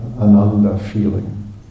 Ananda-feeling